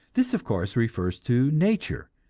this, of course, refers to nature,